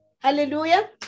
hallelujah